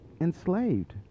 enslaved